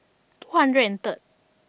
two hundred and third